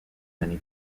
many